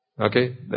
Okay